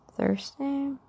Thursday